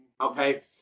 Okay